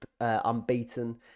unbeaten